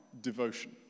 devotion